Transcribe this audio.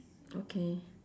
okay